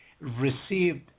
received